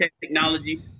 technology